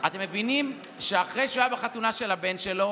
אתם מבינים שאחרי שהוא היה בחתונה של הבן שלו